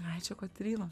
ai čia kotrynos